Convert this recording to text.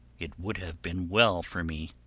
it would have been well for me.